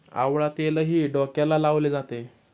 आवळा तेलही डोक्याला लावले जाते